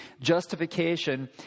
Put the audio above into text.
justification